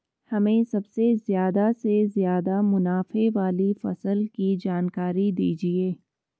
हमें सबसे ज़्यादा से ज़्यादा मुनाफे वाली फसल की जानकारी दीजिए